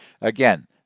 Again